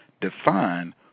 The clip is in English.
define